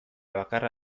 bakarra